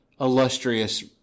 illustrious